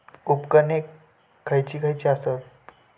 उपकरणे खैयची खैयची आसत?